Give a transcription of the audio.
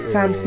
Sam